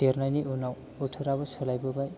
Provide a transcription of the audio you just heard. देरनायनि उनाव बोथोराबो सोलायबोबाय